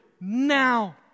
now